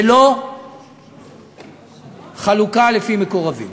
ולא חלוקה לפי מקורבים.